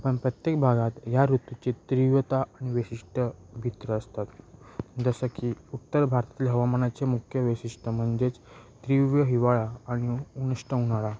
आणि प्रत्येक भागात ह्या ऋतूचे तीव्रता विशिष्ट भित्र असतात जसं की उत्तर भारतातले हवामानाचे मुख्य वैशिष्ट्य म्हणजेच तीव्र हिवाळा आणि उनिष्ट उन्हाळा